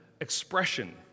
expression